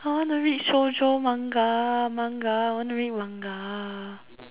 I wanna read watch shoujo manga manga I wanna read manga